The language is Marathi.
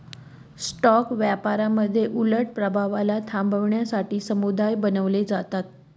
स्टॉक व्यापारामध्ये उलट प्रभावाला थांबवण्यासाठी समुदाय बनवले जातात